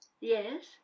Yes